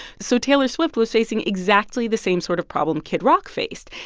so taylor swift was facing exactly the same sort of problem kid rock faced.